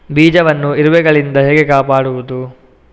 ಬೀಜವನ್ನು ಇರುವೆಗಳಿಂದ ಹೇಗೆ ಕಾಪಾಡುವುದು?